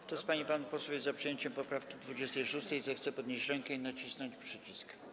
Kto z pań i panów posłów jest za przyjęciem poprawki 26., zechce podnieść rękę i nacisnąć przycisk.